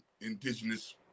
indigenous